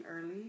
early